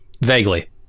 vaguely